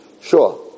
sure